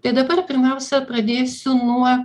tai dabar pirmiausia pradėsiu nuo